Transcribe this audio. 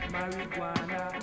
Marijuana